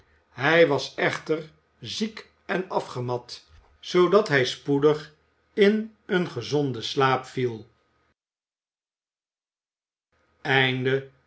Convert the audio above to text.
hij was echter ziek en afgemat zoodat hij spoedig in een gezonden slaap viel